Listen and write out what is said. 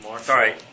Sorry